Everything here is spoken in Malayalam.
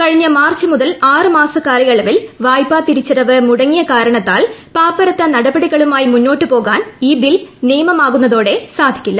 കഴിഞ്ഞ മിർച്ച് ്മുതൽ ആറ് മാസക്കാലയളവിൽ വായ്പാ തിരിച്ചടവ് മുട്ങ്ങിയ കാരണത്താൽ പാപ്പരത്ത നടപടികളുമായി മുന്നോട്ടു പോകാൻ ഈ ബിൽ നിയമമാകുന്നതോടെ സാധിക്കില്ല